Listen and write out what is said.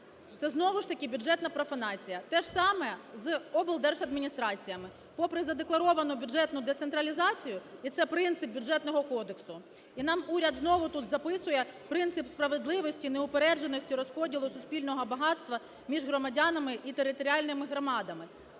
Це знову ж таки бюджетна профанація. Теж саме з облдержадміністраціями. Попри задекларовану бюджетну децентралізацію, і це принцип Бюджетного кодексу, і нам уряд знову тут записує принцип справедливості, неупередженості розподілу суспільного багатства між громадянами і територіальними громадами.